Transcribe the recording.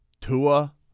Tua